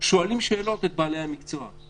שואלים את בעלי המקצוע שאלות,